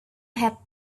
had